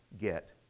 get